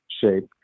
shape